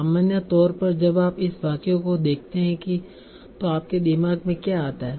सामान्य तौर पर जब आप इस वाक्य को देखते हैं तो आपके दिमाग में क्या आता है